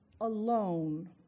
alone